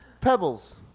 Pebbles